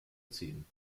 ziehen